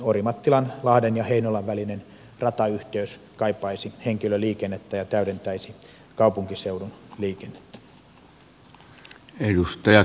orimattilan lahden ja heinolan välinen ratayhteys kaipaisi henkilöliikennettä ja täydentäisi kaupunkiseudun liikennettä